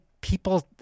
people—